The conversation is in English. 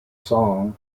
song